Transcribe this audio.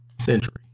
century